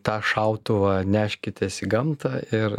tą šautuvą neškitės į gamtą ir